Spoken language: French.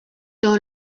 dans